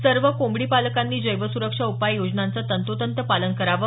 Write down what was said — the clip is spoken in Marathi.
सर्व कोंबडी पालकांनी जैव सुरक्षा उपाय योजनांचं तंतोतंत पालन करावं